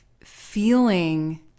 feeling